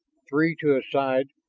three to a side,